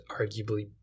arguably